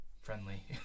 friendly